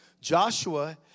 Joshua